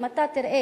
אם אתה תראה,